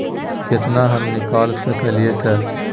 केतना हम निकाल सकलियै सर?